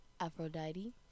Aphrodite